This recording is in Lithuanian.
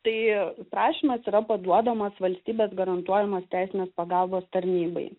tai prašymas yra paduodamas valstybės garantuojamos teisinės pagalbos tarnybai